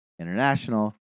international